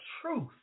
truth